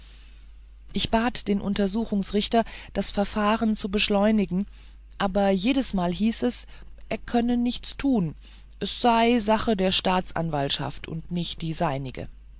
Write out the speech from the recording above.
ich bat den untersuchungsrichter das verfahren zu beschleunigen aber jedesmal hieß es er könne nichts tun es sei sache der staatsanwaltschaft und nicht die seinige